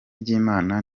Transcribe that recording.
ry’imana